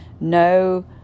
no